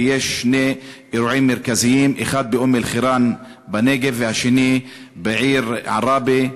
ויש שני אירועים מרכזיים: אחד באום-אלחיראן בנגב והשני בעיר עראבה.